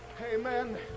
Amen